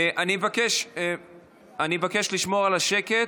אני מבקש לשמור על השקט.